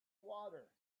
water